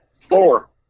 Four